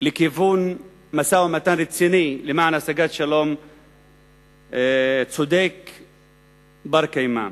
לכיוון משא-ומתן רציני למען השגת שלום צודק בר-קיימא.